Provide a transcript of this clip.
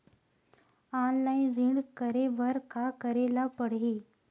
Online ऋण करे बर का करे ल पड़हि?